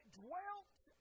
dwelt